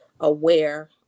aware